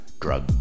Drug